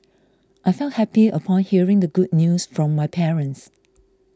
I felt happy upon hearing the good news from my parents